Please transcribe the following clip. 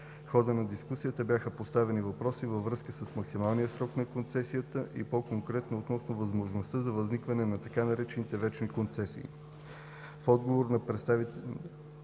хода на дискусията бяха поставени въпроси във връзка с максималния срок на концесията и по-конкретно относно възможността за възникване на така наречените „вечни“ концесии. В отговор представителите